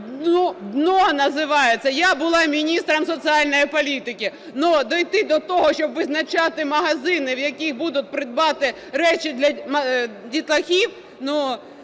дно називається. Я була міністром соціальної політики, але дійти до того, щоб визначати магазини, в яких будуть придбавати речі для дітлахів